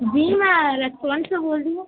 جی میں ریسٹورینٹ سے بول رہی ہوں